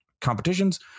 competitions